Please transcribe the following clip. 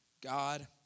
God